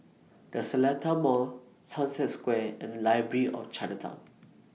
The Seletar Mall Sunset Square and Library At Chinatown